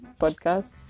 podcast